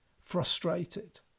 frustrated